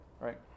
right